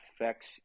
affects